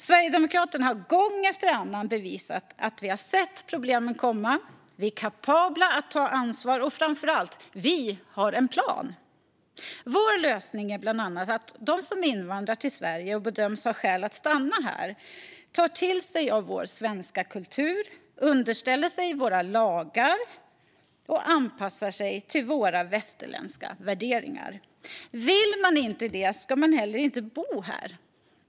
Sverigedemokraterna har gång efter annan bevisat att vi har sett problemen komma och är kapabla att ta ansvar och framför allt att vi har en plan. Vår lösning är bland annat att de som invandrar till Sverige och bedöms ha skäl att få stanna här tar till sig av vår svenska kultur, underställer sig våra lagar och anpassar sig till våra västerländska värderingar. Vill man inte det ska man heller inte bo här.